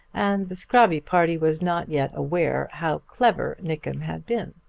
and the scrobby party was not yet aware how clever nickem had been.